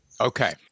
Okay